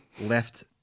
left